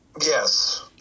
Yes